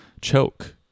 choke